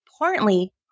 importantly